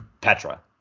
Petra